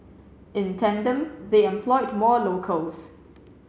in tandem they employed more locals